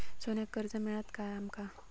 सोन्याक कर्ज मिळात काय आमका?